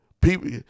People